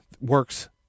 works